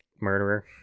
murderer